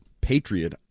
patriot